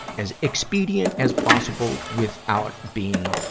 as expedient as possible without being,